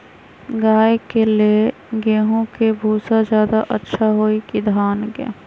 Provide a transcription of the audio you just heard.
गाय के ले गेंहू के भूसा ज्यादा अच्छा होई की धान के?